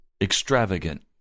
extravagant